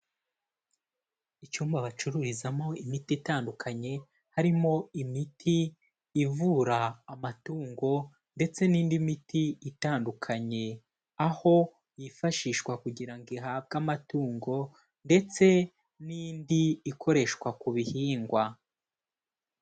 Icyumba bacururizamo imiti itandukanye, harimo imiti ivura amatungo ndetse n'indi miti itandukanye aho yifashishwa kugira ngo ihabwe amatungo ndetse n'indi ikoreshwa ku bihingwa.